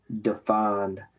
defined –